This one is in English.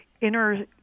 inner